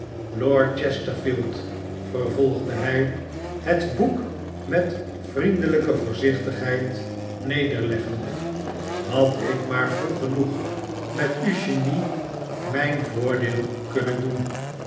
chesterfield vervolgde hij het boek met vriendelijke voorzichtigheid nederleggende ahad ik maar vroeg genoeg met uw genie mijn voordeel kunnen doen